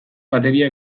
bateria